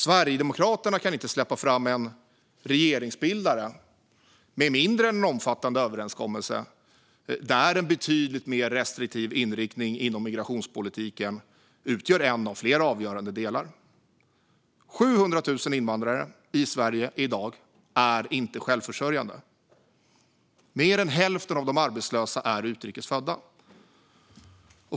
Sverigedemokraterna kan inte släppa fram en regeringsbildare med mindre än en omfattande överenskommelse där en betydligt mer restriktiv inriktning inom migrationspolitiken utgör en av flera avgörande delar. 700 000 invandrare i Sverige i dag är inte självförsörjande. Mer än hälften av de arbetslösa är utrikes födda.